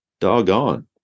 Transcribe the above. Doggone